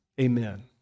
Amen